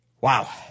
Wow